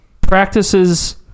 practices